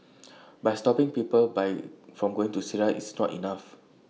by stopping people by from going to Syria is not enough